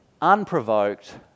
unprovoked